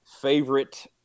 favorite